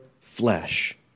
flesh